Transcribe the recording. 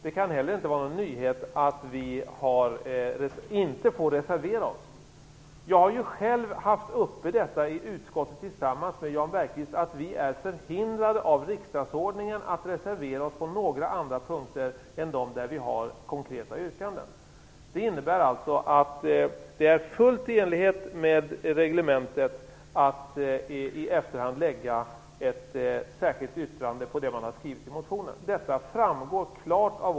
Det kan inte heller vara någon nyhet att vi inte får reservera oss. Jag har ju själv diskuterat detta i utskottet tillsammans med Jan Bergqvist. Vi är förhindrade av riksdagsordningen att reservera oss på några andra punkter än dem där vi har konkreta yrkanden. Det innebär alltså att det är fullt i enlighet med reglementet att i efterhand lägga ett särskilt yttrande om det man har skrivit i motionen.